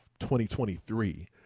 2023